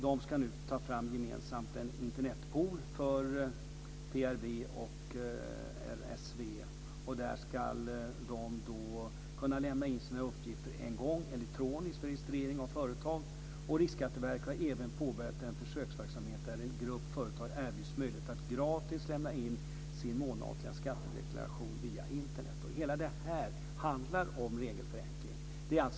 De ska nu gemensamt ta fram en Riksskatteverket har också påbörjat en försöksverksamhet där en grupp företag erbjuds möjligheter att gratis lämna in sin månatliga skattdeklaration via Hela det här handlar om regelförenkling.